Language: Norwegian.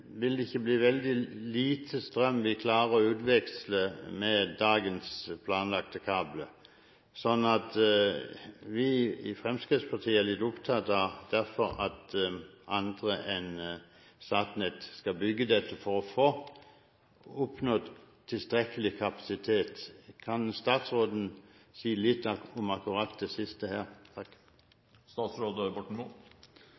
ikke bli veldig lite strøm vi klarer å utveksle, med dagens planlagte kabler? Vi i Fremskrittspartiet er derfor litt opptatt av at andre enn Statnett skal kunne bygge dette – for å oppnå tilstrekkelig kapasitet. Kan statsråden si litt om akkurat dette siste?